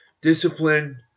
discipline